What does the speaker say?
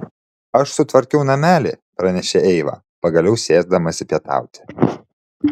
aš sutvarkiau namelį pranešė eiva pagaliau sėsdamasi pietauti